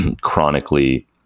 chronically